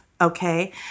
Okay